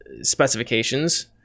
specifications